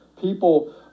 people